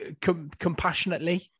compassionately